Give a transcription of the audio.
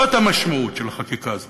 זאת המשמעות של החקיקה הזאת.